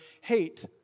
hate